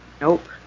nope